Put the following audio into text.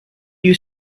you